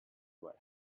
what